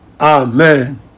Amen